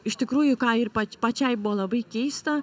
iš tikrųjų ką ir pačiai buvo labai keista